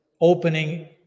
opening